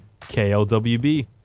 KLWB